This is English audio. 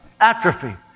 Atrophy